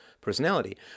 personality